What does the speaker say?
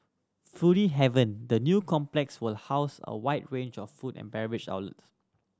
foodie haven the new complex will house a wide range of food and beverage outlets